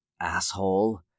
Asshole